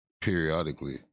periodically